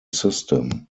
system